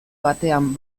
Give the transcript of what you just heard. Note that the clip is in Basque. batean